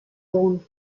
sohn